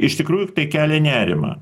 iš tikrųjų tai kelia nerimą